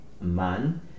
man